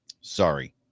Sorry